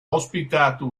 ospitato